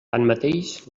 tanmateix